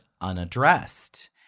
unaddressed